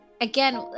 again